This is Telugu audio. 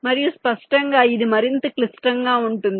మరియు స్పష్టంగా ఇది మరింత క్లిష్టంగా ఉంటుంది